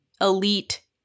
Elite